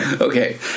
Okay